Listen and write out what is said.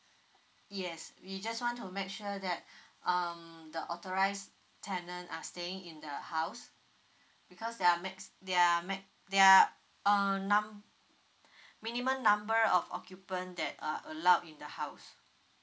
yes we just want to make sure that um the authorized tenant are staying in the house because there are max there are max they are um numb~ minimum number of occupant that uh allowed in the house